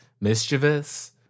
mischievous